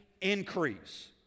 increase